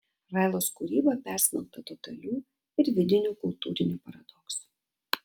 railos kūryba persmelkta totalių ir vidinių kultūrinių paradoksų